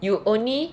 you only